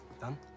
Done